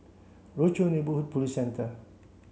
Rochor Neighborhood Police Centre